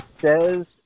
says